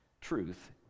truth